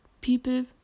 people